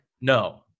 No